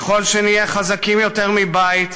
ככל שנהיה חזקים יותר מבית,